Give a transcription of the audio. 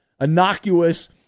innocuous